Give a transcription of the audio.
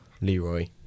Leroy